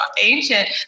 ancient